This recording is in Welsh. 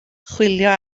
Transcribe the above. chwilio